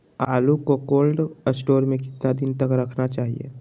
आलू को cold store में कितना दिन तक रखना चाहिए?